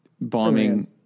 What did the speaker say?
bombing